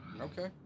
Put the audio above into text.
okay